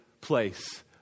place